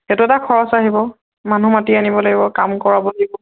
সেইটো এটা খৰচ আহিব মানুহ মাতি আনিব লাগিব কাম কৰাব লাগিব